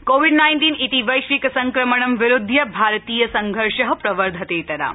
Covid nineteen इति वैश्विक संक्रमणं विरुध्य भारतीय संघर्ष प्रवर्धतेतराम्